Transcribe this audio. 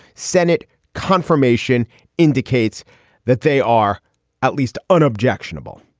senate confirmation indicates that they are at least unobjectionable.